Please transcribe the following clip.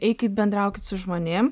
eikit bendraukit su žmonėm